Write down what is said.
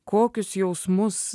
kokius jausmus